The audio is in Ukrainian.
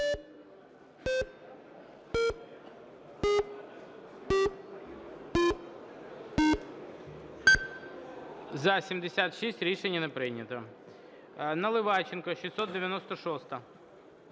За-76 Рішення не прийнято. Наливайченко, 696-а.